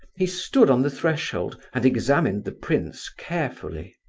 he stood on the threshold and examined the prince carefully.